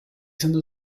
sono